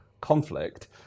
conflict